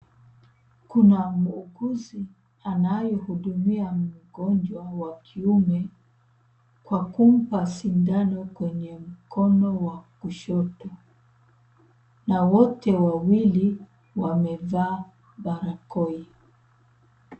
Kuna muuguzi anayehudumia mgonjwa wa kiume kwa kumpa sindano kwenye mkono wa kushoto na wote wawili wamevaa barakoi.